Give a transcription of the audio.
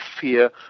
fear